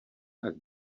tak